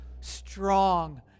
strong